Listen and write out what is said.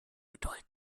geduld